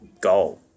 goal